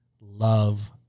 love